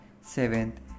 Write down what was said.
Seventh